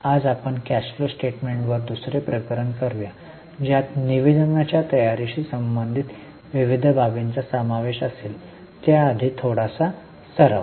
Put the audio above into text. आज आपण cash flow स्टेटमेन्टवर दुसरे प्रकरण करूया ज्यात निवेदनाच्या तयारीशी संबंधित विविध बाबींचा समावेश असेल त्याआधी थोडा सराव